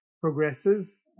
progresses